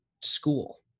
school